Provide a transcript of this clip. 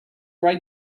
write